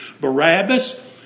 Barabbas